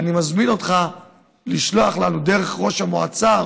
אני מזמין אותך לשלוח לנו דרך ראש העיר